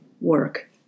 work